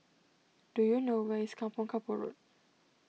do you know where is Kampong Kapor Road